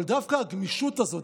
אבל דווקא הגמישות הזאת,